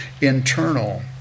internal